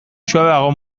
suabeago